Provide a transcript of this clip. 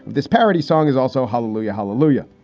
this parody song is also hallelujah, hallelujah.